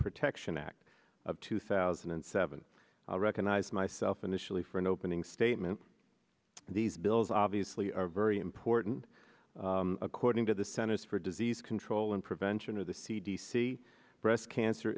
protection act of two thousand and seven recognized myself initially for an opening statement these bills obviously are very important according to the centers for disease control and prevention of the c d c breast cancer